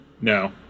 No